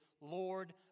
Lord